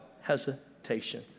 hesitation